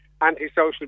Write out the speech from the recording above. antisocial